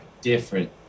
different